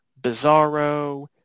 Bizarro